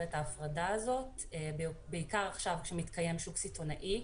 את ההפרדה הזאת בעיקר עכשיו עת מתקיים שוק סיטונאי.